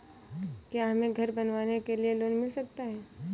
क्या हमें घर बनवाने के लिए लोन मिल सकता है?